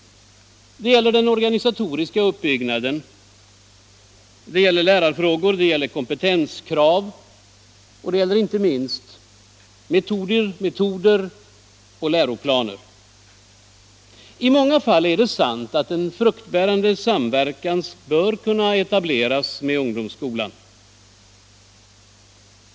Det gäller den organisatoriska uppbyggnaden, det gäller lärarfrågor, det gäller kompetenskrav, det gäller inte minst metoder och läromedel. I många fall torde en fruktbärande samverkan kunna etableras med ungdomsskolan.